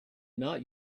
not